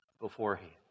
beforehand